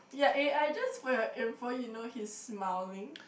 ya eh I just for your info you know he's smiling